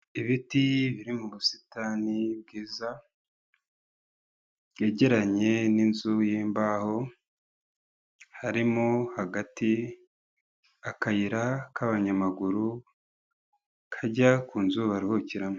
Ibiti biri mu busitani bwiza, yegeranye n'inzu y'imbaho, harimo hagati akayira k'abanyamaguru kajya ku nzu baruhukiramo.